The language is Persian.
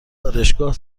آرایشگاه